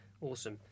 Awesome